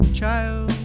child